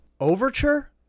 overture